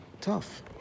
Tough